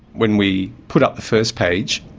when we put up the first page,